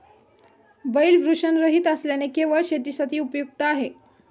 बैल वृषणरहित असल्याने केवळ शेतीसाठी उपयुक्त आहे